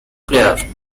player